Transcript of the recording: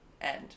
end